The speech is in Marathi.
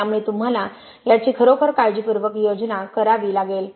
त्यामुळे तुम्हाला याची खरोखर काळजीपूर्वक योजना करावी लागेल